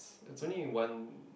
it's only one